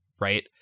right